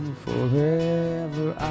forever